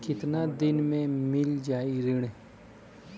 कितना दिन में मील जाई ऋण?